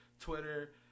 Twitter